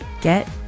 get